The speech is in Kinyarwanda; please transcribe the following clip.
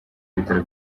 ibitaro